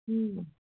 ହୁଁ